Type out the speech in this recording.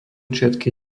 všetky